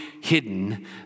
hidden